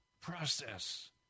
process